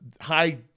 high